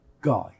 guy